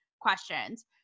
questions